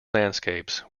landscapes